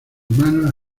manos